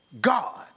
God